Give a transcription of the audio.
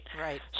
right